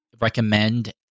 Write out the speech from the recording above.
recommend